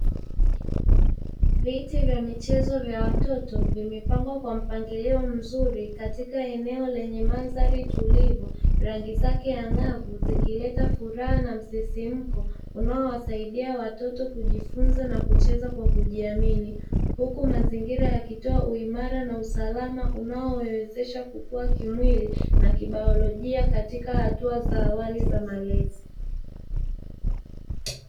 Viti vya michezo vya watoto vimepangwa kwa mpangilio mzuri katika eneo lenye mandhari tulivu. Rangi zake ang'avu zikileta furaha na msisimko unaowasaidia watoto kujifunza na kucheza kwa kujiamini; huku mazingira yakitoa uimara na usalama unaowawezesha kukua kimwili, na kibiolojia katika hatua za awali za malezi.